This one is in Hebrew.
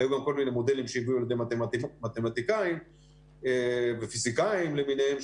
היו גם כל מיני מודלים שהגיעו לידי מתמטיקאים ופיזיקאים למיניהם,